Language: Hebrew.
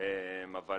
אבל